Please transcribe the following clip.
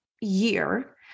year